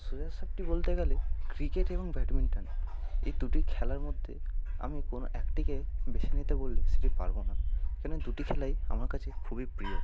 সোজা সাপটি বলতে গেলে ক্রিকেট এবং ব্যাডমিন্টান এই দুটি খেলার মধ্যে আমি কোনো একটিকে বেছে নিতে বললে সেটি পারবো না কেন দুটি খেলাই আমার কাছে খুবই প্রিয়